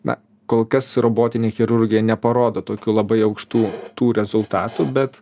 na kol kas robotinė chirurgija neparodo tokių labai aukštų tų rezultatų bet